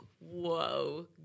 whoa